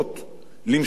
למשוך זמן.